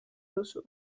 duzu